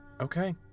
Okay